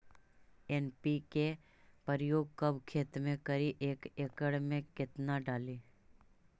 NPK प्रयोग कब खेत मे करि एक एकड़ मे कितना डाली?